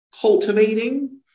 cultivating